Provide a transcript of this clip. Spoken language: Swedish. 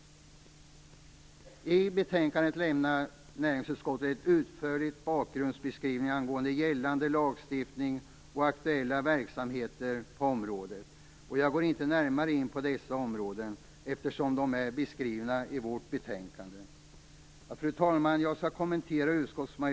I betänkandet lämnade näringsutskottet en utförlig bakgrundsbeskrivning angående gällande lagstiftning och aktuell verksamhet på området. Jag går inte närmare in på dessa områden, eftersom de är beskrivna i vårt betänkande.